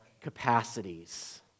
capacities